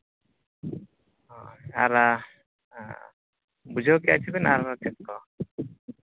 ᱦᱳᱭ ᱟᱨ ᱵᱩᱡᱷᱟᱹᱣ ᱠᱮᱫᱼᱟ ᱥᱮᱵᱤᱱ ᱟᱨ ᱪᱮᱫ ᱠᱚ